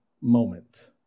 moment